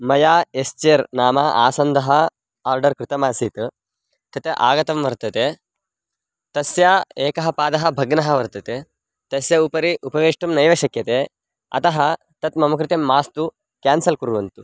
मया S chair नाम आसन्दः आर्डर् कृतः आसीत् तत् आगतं वर्तते तस्य एकः पादः भग्नः वर्तते तस्य उपरि उपवेष्टुं नैव शक्यते अतः तत् मम कृते मास्तु क्यान्सल् कुर्वन्तु